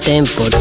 Tempo